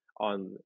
on